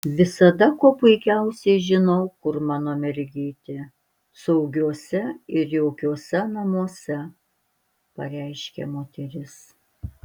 visada kuo puikiausiai žinau kur mano mergytė saugiuose ir jaukiuose namuose pareiškė moteris